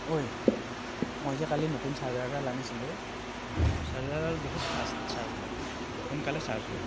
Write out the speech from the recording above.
ঐ মই যে কালি নতুন চাৰ্জাৰ এডাল আনিছিলোঁ চাৰ্জাৰডাল বহুত ফাষ্ট চাৰ্জ লয় সোনকালে চাৰ্জ হয়